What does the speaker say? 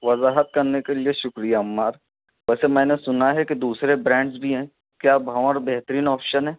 وضاحت کرنے کے لیے شکریہ عمار ویسے میں نے سنا ہے کہ دوسرے برانڈس بھی ہیں کیا بھنور بہترین آپشن ہے